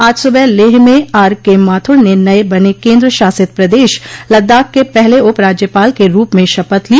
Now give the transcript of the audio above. आज सुबह लेह में आर के माथुर ने नये बने केन्द्र शासित प्रदेश लद्दाख के पहले उप राज्यपाल के रूप में शपथ ली